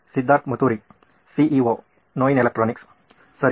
ಸಿದ್ಧಾರ್ಥ್ ಮತುರಿ ಸಿಇಒ ನೋಯಿನ್ ಎಲೆಕ್ಟ್ರಾನಿಕ್ಸ್ ಸರಿ